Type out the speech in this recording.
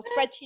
spreadsheet